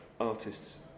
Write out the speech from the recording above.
artists